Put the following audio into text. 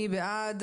מי בעד?